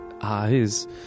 eyes